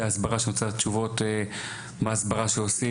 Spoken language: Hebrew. ההסברה שאני רוצה לדעת תשובות מה ההסברה שעושים.